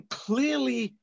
clearly